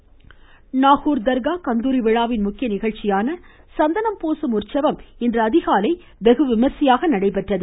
கந்தூரி விழா வாய்ஸ் நாகூர் தர்கா கந்தூரி விழாவின் முக்கிய நிகழ்ச்சியான சந்தனம் பூசும் உற்சவம் இன்று அதிகாலை வெகுவிமர்சையாக நடைபெற்றது